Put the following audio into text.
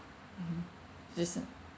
mmhmm just a